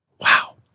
Wow